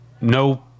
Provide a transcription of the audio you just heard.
No